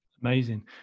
Amazing